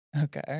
Okay